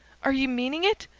are ye meaning it?